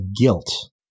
guilt